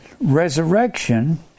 resurrection